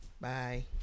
Bye